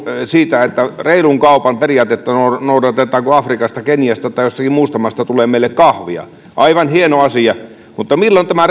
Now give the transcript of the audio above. siitä että reilun kaupan periaatetta noudatetaan kun afrikasta keniasta tai jostakin muusta maasta tulee meille kahvia aivan hieno asia mutta milloin tämä